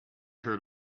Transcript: heard